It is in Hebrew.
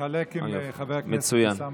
התשפ"ב 2022, של חבר הכנסת ישראל אייכלר,